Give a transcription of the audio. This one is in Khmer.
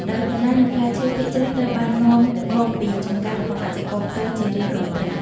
ដោយបន្លែ និងផ្លែឈើ ភាគច្រើនត្រូវបាននាំមកពីចម្ការរបស់កសិករផ្ទាល់ជារៀងរាល់ព្រឹក។